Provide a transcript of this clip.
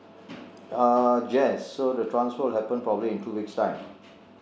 uh yes so the transfer will happen probably in two weeks time